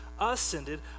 ascended